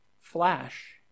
flash